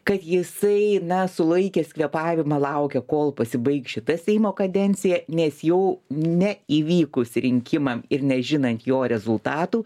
kad jisai na sulaikęs kvėpavimą laukia kol pasibaigs šita seimo kadencija nes jau neįvykus rinkimam ir nežinant jo rezultatų